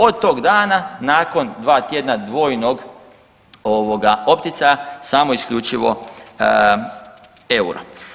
Od tog dana, nakon 2 tjedna dvojnog ovoga, opticaja samo i isključivo eura.